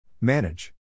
Manage